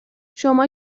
شما